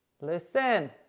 Listen